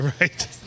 Right